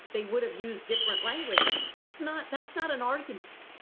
they would have used different language. that's not that's not an argument.